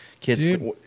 kids